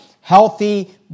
healthy